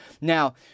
Now